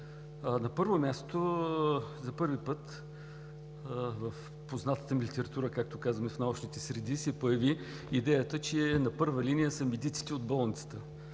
На първо място, за първи път в познатата ми литература – както казваме в научните среди, се появи идеята, че на първа линия са медиците от болниците.